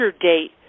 date